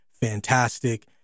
fantastic